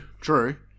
true